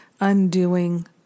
undoing